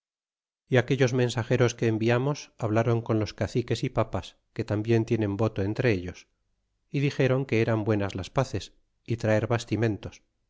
y aquellos mensageros que enviamos habláron con los caciques é papas que tambien tienen voto entre ellos y dixeron que eran buenas las paces y traer bastimentos